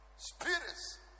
spirits